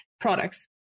products